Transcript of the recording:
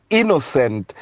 innocent